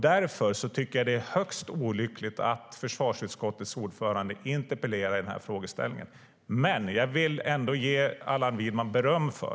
Därför tycker jag att det är högst olyckligt att försvarsutskottets ordförande interpellerar i den här frågan. Men jag vill ändå ge Allan Widman beröm för .